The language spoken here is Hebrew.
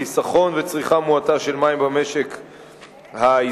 חיסכון וצריכה מועטה של מים במשק הישראלי,